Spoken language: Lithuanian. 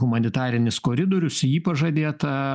humanitarinis koridorius jį pažadėta